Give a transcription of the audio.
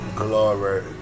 Glory